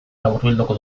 laburbilduko